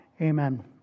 Amen